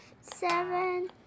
seven